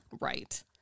right